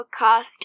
podcast